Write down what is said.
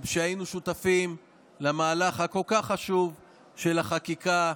שהיינו שותפים למהלך הכל-כך חשוב של החקיקה,